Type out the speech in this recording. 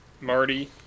Marty